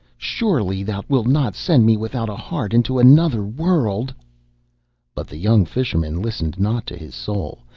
surely thou wilt not send me without a heart into another world but the young fisherman listened not to his soul,